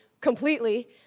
completely